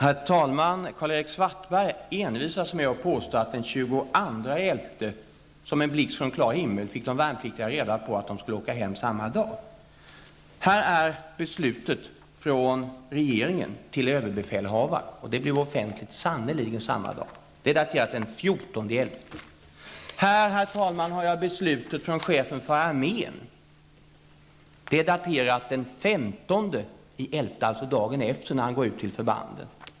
Herr talman! Karl-Erik Svartberg envisas med att påstå att de värnpliktiga den 22 november som en blixt från klar himmel fick veta att de skulle åka hem samma dag. Här har jag beslutet från regeringen till överbefälhavaren, och det blev sannerligen offentligt samma dag som det är daterat, dvs. den 14 november. Här har jag beslutet från chefen för armén, och det är daterat den 15 november, dvs. dagen efter, när han går ut till förbanden.